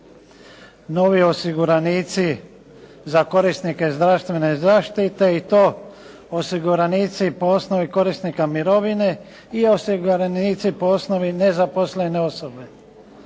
novi osiguranici za korisnike zdravstvene zaštite i to osiguranici po osnovi korisnika mirovine i osiguranici po osnovi nezaposlene osobe.